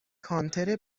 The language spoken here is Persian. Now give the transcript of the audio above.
کانتر